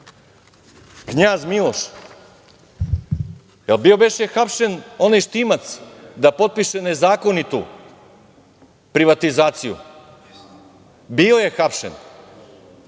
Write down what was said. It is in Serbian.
"Knjaz Miloš", jel bio beše hapšen onaj Štimac da potpiše nezakonitu privatizaciju? Bio je hapšen.